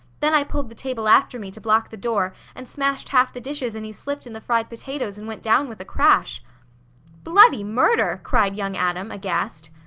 then i pulled the table after me to block the door, and smashed half the dishes and he slipped in the fried potatoes and went down with a crash bloody murder! cried young adam, aghast.